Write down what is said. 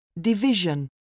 Division